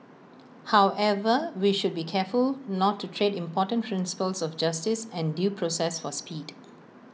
however we should be careful not to trade important principles of justice and due process for speed